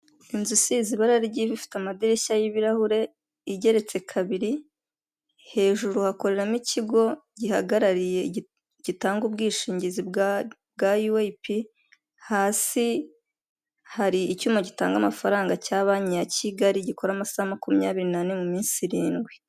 Inzu usize ibara ry'ivu ifite amadirishya y'ibirahure igeretse kabiri, hejuru hakoreramo ikigo gihagarariye gitanga ubwishingizi bwa yuweyipi, hasi hari icyuma gitanga amafaranga cya banki ya Kigali gikora amasaha makumyabiri n'ane mu minsi irindwi.